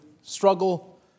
struggle